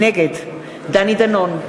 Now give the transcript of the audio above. נגד דני דנון,